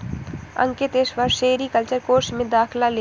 अंकित इस वर्ष sericulture course में दाखिला लेगा